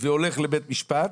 והולך לבית משפט